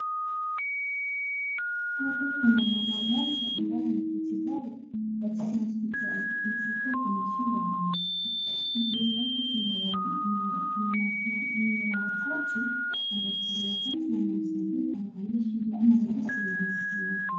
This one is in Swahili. Hapa kuna mama mmoja ambaye ameketi pale hospitali anaweza kuwa anashida la maskio. Mbele yake kuna madaktari watatu wanamsaidia kuangalia shida ama tatizo la maskio lake.